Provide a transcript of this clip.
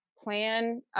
plan